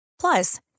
Plus